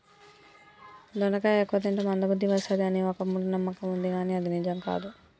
దొండకాయ ఎక్కువ తింటే మంద బుద్ది వస్తది అని ఒక మూఢ నమ్మకం వుంది కానీ అది నిజం కాదు